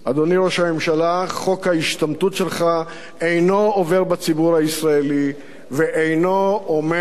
חוק ההשתמטות שלך אינו עובר בציבור הישראלי ואינו עומד במבחן בג"ץ.